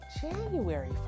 January